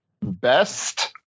best